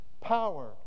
power